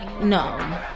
No